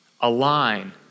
align